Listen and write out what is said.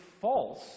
false